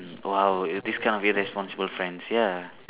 mm !wow! you this kind of irresponsible friends ya